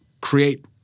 create